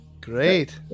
Great